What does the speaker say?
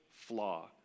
flaw